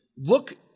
look